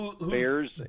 Bears